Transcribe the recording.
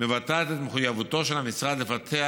מבטאת את מחויבותו של המשרד לפתח,